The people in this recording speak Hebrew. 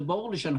זה ברור לי.